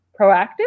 proactive